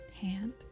hand